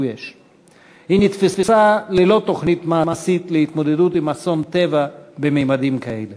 היא נתפסה ללא תוכנית מעשית להתמודדות עם אסון טבע בממדים כאלה.